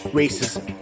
racism